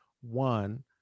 One